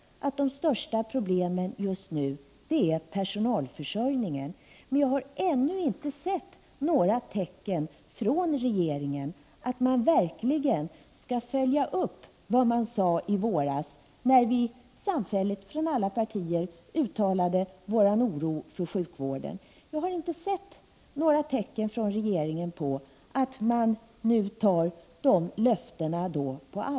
De största problemen just nu rör personalförsörjningen, men jag har ännu inte sett några tecken från regeringen att den verkligen skall följa upp vad den sade i våras, då vi från alla partier uttalade vår oro för sjukvården. Jag har alltså inte sett några tecken från regeringen att den gör allvar av sina löften då.